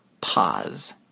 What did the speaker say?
pause